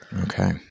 Okay